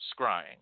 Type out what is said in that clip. scrying